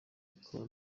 akaba